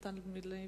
מתן וילנאי.